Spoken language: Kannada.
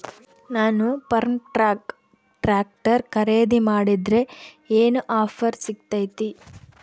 ನಾನು ಫರ್ಮ್ಟ್ರಾಕ್ ಟ್ರಾಕ್ಟರ್ ಖರೇದಿ ಮಾಡಿದ್ರೆ ಏನು ಆಫರ್ ಸಿಗ್ತೈತಿ?